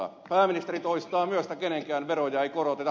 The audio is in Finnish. pääministeri toistaa myös että kenenkään veroja ei koroteta